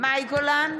מאי גולן,